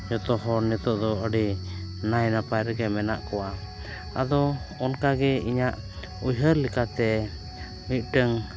ᱡᱚᱛᱚ ᱦᱚᱲ ᱱᱤᱛᱚᱜ ᱫᱚ ᱟᱹᱰᱤ ᱱᱟᱭ ᱱᱟᱯᱟᱭ ᱨᱮᱜᱮ ᱢᱮᱱᱟᱜ ᱠᱚᱣᱟ ᱟᱫᱚ ᱚᱱᱠᱟ ᱜᱮ ᱤᱧᱟᱹᱜ ᱩᱭᱦᱟᱹᱨ ᱞᱮᱠᱟᱛᱮ ᱢᱤᱫᱴᱟᱹᱱ